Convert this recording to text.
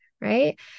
Right